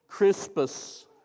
Crispus